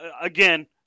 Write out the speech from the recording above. again